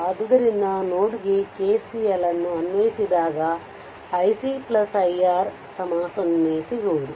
ಆದ್ದರಿಂದ ನೋಡ್ ಗೆ KCLಅನ್ನು ಅನ್ವಯಿಸಿದಾಗ iC iR 0 ಸಿಗುವುದು